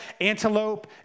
antelope